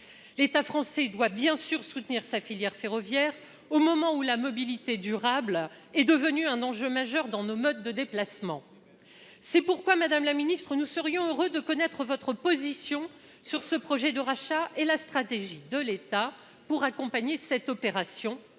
L'État français doit, bien sûr, soutenir sa filière ferroviaire au moment où la mobilité durable est devenue un enjeu majeur dans nos modes de déplacement. C'est pourquoi, madame la secrétaire d'État, nous serions heureux de connaître votre position sur ce projet de rachat et la stratégie de l'État pour accompagner cette opération.